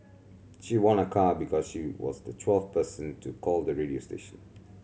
she won a car because she was the twelfth person to call the radio station